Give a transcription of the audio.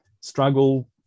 struggle